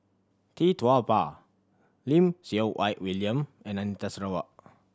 Tee Tua Ba Lim Siew Wai William and Anita Sarawak